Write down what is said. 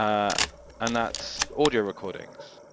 um and that's audio recordings.